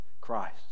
Christ